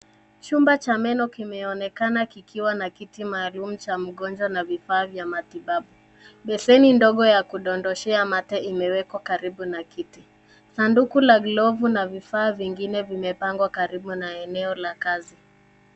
Chumba cha meno kimeonekana kikiwa na kiti maalum cha mgonjwa na vifaa vya matibabu. Beseni ndogo ya kudondoshea mate imewekwa karibu na kiti. Sanduku la glovu na vifaa vyengine vimepangwa karibu na eneo la kazi.